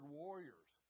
warriors